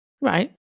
right